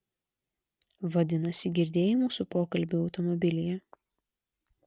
vadinasi girdėjai mūsų pokalbį automobilyje